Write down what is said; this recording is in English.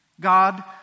God